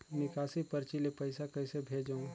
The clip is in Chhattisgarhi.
निकासी परची ले पईसा कइसे भेजों?